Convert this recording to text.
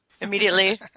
immediately